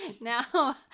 Now